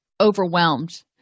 overwhelmed